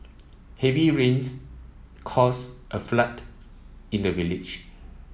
heavy rains caused a flood in the village